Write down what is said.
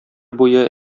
буе